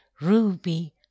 ruby